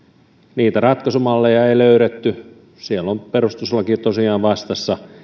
niitä ratkaisumalleja ei löydetty siellä on perustuslaki tosiaan vastassa